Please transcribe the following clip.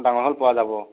ডাঙৰ হাল পোৱা যাব